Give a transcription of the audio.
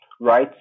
Right